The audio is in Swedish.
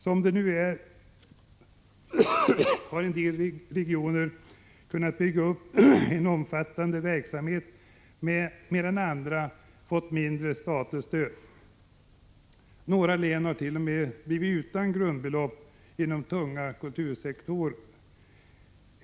Som det nu är har en del regioner kunnat bygga upp en omfattande verksamhet, medan andra fått mindre statligt stöd. Några län har t.o.m. blivit utan grundbelopp inom tunga kultursektorer.